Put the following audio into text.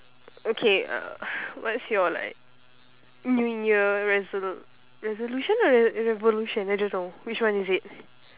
okay uh what's your like new year resolu~ resolution or revolution I don't know which one is it